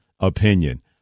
opinion